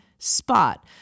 spot